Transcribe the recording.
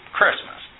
Christmas